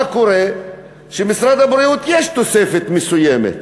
מה קורה כשלמשרד הבריאות יש תוספת מסוימת,